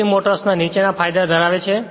DC motors નીચેના ફાયદા ધરાવે છે